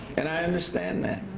and i understand that.